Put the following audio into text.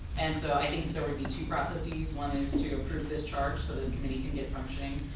and so i think there would be two processes, one is to approve this charge so this committee can get functioning.